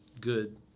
good